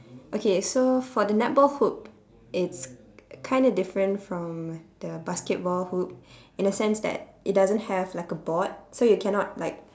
okay so for the netball hoop it's kind of different from the basketball hoop in a sense that it doesn't have like a board so you cannot like